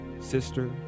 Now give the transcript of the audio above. sister